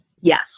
Yes